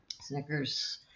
Snickers